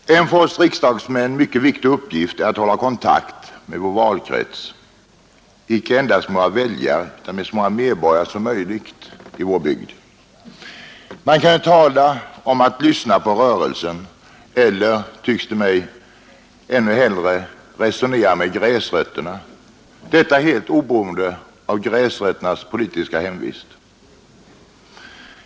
Herr talman! En för oss riksdagsmän mycket viktig uppgift är att hålla kontakt med vår valkrets — icke endast med våra väljare utan med så många medborgare som möjligt i vår bygd. Man kan tala om att ”lyssna till rörelsen” eller — tycks det mig — ännu hellre ”resonera med gräsrötterna”, detta helt oberoende av ”gräsrötternas” politiska hemvist.